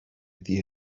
iddi